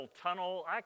tunnel